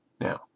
Now